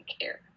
care